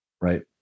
right